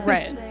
Right